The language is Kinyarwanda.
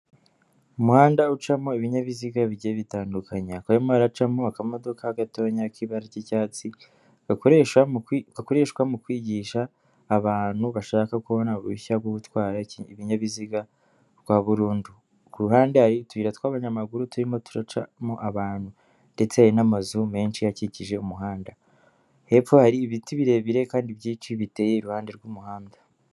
Umuhanda ucamo ibinyabiziga bigiye bitandukanye hakaba harimo haracamo akamodoka gatoya k'ibara ry'icyatsi gakoreshwa mu kwigisha abantu bashaka kubona uruhushya rwo gutwara ibinyabiziga rwaburundu ku ruhande hari utuyira tw'abanyamaguru turimo turacamo abantu ndetse n'amazu menshi akikije umuhanda hepfo hari ibiti birebire kandi byinshi biteye iruhande rw'umuhanda.